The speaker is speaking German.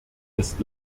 ist